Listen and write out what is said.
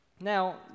Now